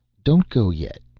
don't go yet,